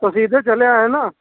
उसी से चले आए ना